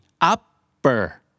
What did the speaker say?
upper